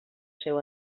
seu